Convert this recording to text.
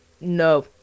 No